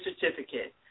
certificate